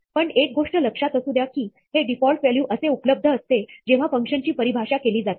पण एक गोष्ट लक्षात असू द्या की हे डिफॉल्ट व्हॅल्यू असे उपलब्ध असते जेव्हा फंक्शनची परिभाषा केली जाते